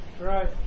right